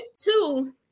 two